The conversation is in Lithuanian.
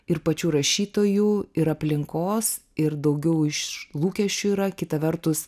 ir pačių rašytojų ir aplinkos ir daugiau iš lūkesčių yra kita vertus